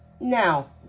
Now